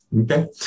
Okay